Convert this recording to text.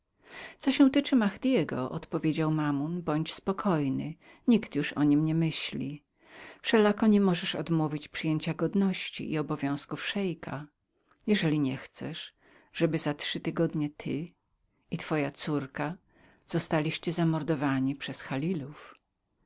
się tyczy mahaddego odpowiedział mammon bądź spokojnym nikt już o nim nie myśli wszelako nie możesz odmówić przyjęcia godności i obowiązków szeika jeżeli nie chcesz za trzy tygodnie ty a nawet i twoja córka być wymordowanemi przez